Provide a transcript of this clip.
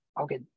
Okay